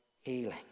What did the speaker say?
healing